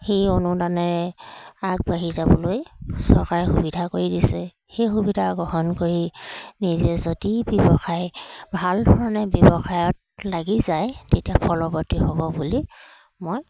সেই অনুদানেৰে আগবাঢ়ি যাবলৈ চৰকাৰে সুবিধা কৰি দিছে সেই সুবিধা গ্ৰহণ কৰি নিজে যদি ব্যৱসায় ভাল ধৰণে ব্যৱসায়ত লাগি যায় তেতিয়া ফলৱৰ্তী হ'ব বুলি মই